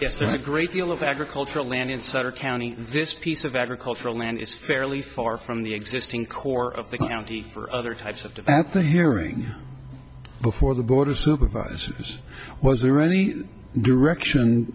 a great deal of agricultural land inside or county this piece of agricultural land is fairly far from the existing core of the county for other types of the hearing before the board of supervisors was there any direction